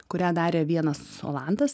kurią darė vienas olandas